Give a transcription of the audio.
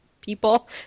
people